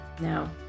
Now